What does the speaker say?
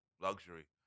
luxury